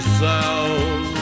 sound